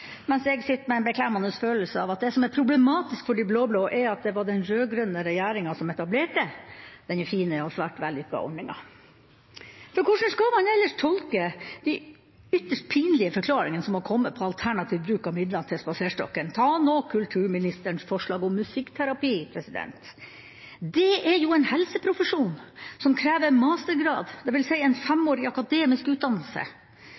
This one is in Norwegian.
Mens jeg sitter med en beklemmende følelse av at det som er problematisk for de blå-blå, er at det var den rød-grønne regjeringa som etablerte denne fine og svært vellykkede ordninga. For hvordan skal man ellers tolke de ytterst pinlige forklaringene som har kommet om alternativ bruk av midlene til Den kulturelle spaserstokken. Ta nå kulturministerens forslag om musikkterapi. Det er jo en helseprofesjon som krever mastergrad, dvs. en femårig akademisk utdannelse.